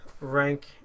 rank